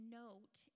note